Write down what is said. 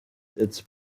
its